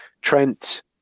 Trent